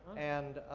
and,